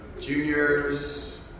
Juniors